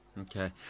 Okay